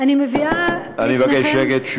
אני מביאה לפניכם, אני מבקש שקט.